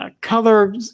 color